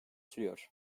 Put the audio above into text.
sürüyor